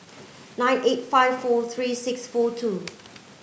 nine eight five four three six four two